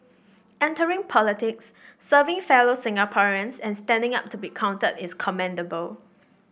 entering politics serving fellow Singaporeans and standing up to be counted is commendable